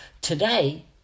Today